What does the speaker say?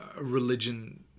religion